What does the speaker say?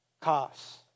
costs